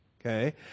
Okay